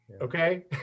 Okay